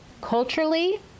Culturally